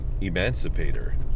emancipator